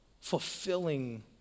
fulfilling